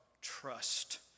trust